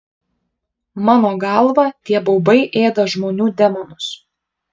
mano galva tie baubai ėda žmonių demonus